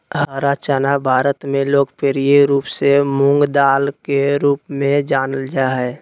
हरा चना भारत में लोकप्रिय रूप से मूंगदाल के रूप में जानल जा हइ